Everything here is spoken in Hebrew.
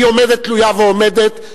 היא תלויה ועומדת,